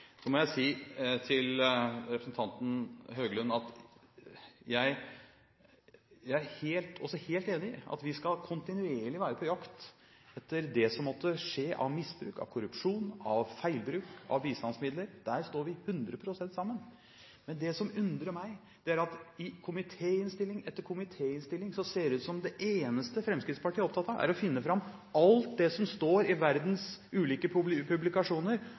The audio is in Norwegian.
Så må jeg si til representanten Høglund at jeg er også helt enig i at vi kontinuerlig skal være på jakt etter det som måtte skje av misbruk, av korrupsjon, av feilbruk av bistandsmidler – der står vi 100 pst. sammen. Men det som undrer meg, er at i komitéinnstilling etter komitéinnstilling ser det ut som om det eneste Fremskrittspartiet er opptatt av, er å finne fram alt det som står i verdens ulike publikasjoner